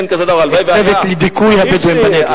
הצוות לדיכוי הבדואים בנגב.